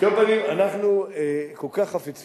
על כל פנים, אנחנו כל כך חפצים